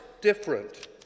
different